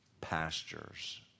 pastures